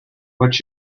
what